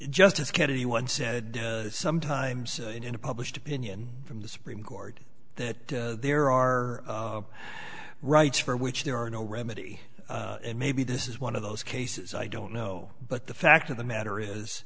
justice kennedy once said sometimes in a published opinion from the supreme court that there are rights for which there are no remedy and maybe this is one of those cases i don't know but the fact of the matter